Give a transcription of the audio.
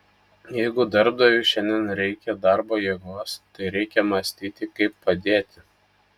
jeigu darbdaviui šiandien reikia darbo jėgos tai reikia mąstyti kaip padėti